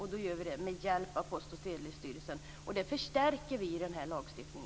Och då gör vi det med hjälp av Post och telestyrelsen. Det förstärker vi i denna lagstiftning.